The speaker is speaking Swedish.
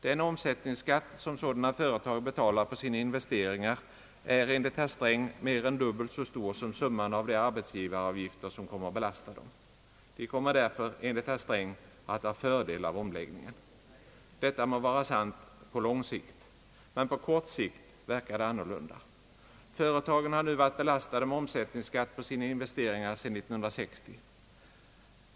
Den omsättningsskatt som sådana företag betalar på sina investeringar är, enligt herr Sträng, mer än dubbelt så stor som summan av de arbetsgivaravgifter som kommer att belasta dem. De kommer därför, enligt herr Sträng, att ha fördel av omläggningen. Detta må vara sant — på lång sikt. Men på kort sikt verkar det annorlunda. Företagen har nu varit belas tade med omsättningsskatt på sina investeringar sedan 1960.